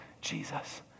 Jesus